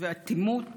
ואטימות